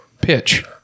pitch